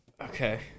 Okay